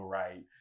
right